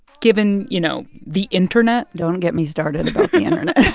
given, you know, the internet. don't get me started about the internet.